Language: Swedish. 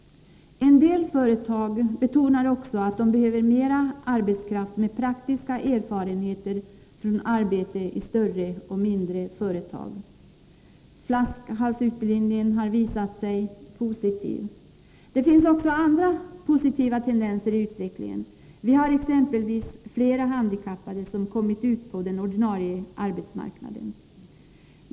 En del företag betonar också att de behöver mera arbetskraft med praktiska erfarenheter från arbete i större och mindre företag. ”Flaskhalsutbildning en” har visat sig positiv. Det finns även andra positiva tendenser i utvecklingen. Vi har exempelvis flera handikappade som kommit ut på arbetsmarknaden.